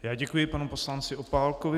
Já děkuji panu poslanci Opálkovi.